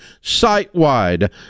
site-wide